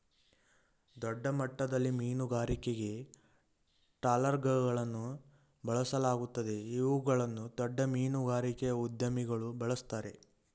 ದೊಡ್ಡಮಟ್ಟದಲ್ಲಿ ಮೀನುಗಾರಿಕೆಗೆ ಟ್ರಾಲರ್ಗಳನ್ನು ಬಳಸಲಾಗುತ್ತದೆ ಇವುಗಳನ್ನು ದೊಡ್ಡ ಮೀನುಗಾರಿಕೆಯ ಉದ್ಯಮಿಗಳು ಬಳ್ಸತ್ತರೆ